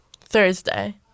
Thursday